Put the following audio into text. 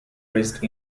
raised